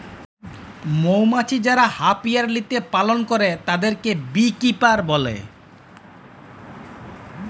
মমাছি যারা অপিয়ারীতে পালল করে তাদেরকে বী কিপার বলে